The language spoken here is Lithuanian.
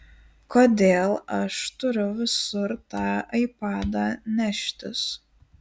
kodėl aš turiu visur tą aipadą neštis